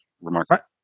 Remarkable